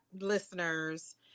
listeners